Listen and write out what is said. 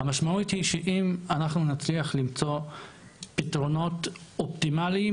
המשמעות היא שאם אנחנו נצליח למצוא פתרונות אופטימליים